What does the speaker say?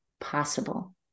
possible